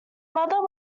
mother